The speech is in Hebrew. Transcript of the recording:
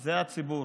זה הציבור.